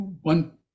one